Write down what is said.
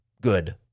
good